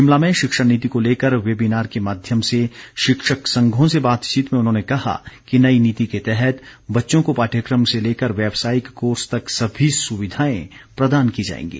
शिमला में शिक्षा नीति को लेकर वेबिनार के माध्यम से शिक्षक संघों से बातचीत में उन्होंने कहा कि नई नीति के तहत बच्चों को पाद्यक्रम से लेकर व्यावसायिक कोर्स तक सभी सुविधाएं प्रदान की जाएंगी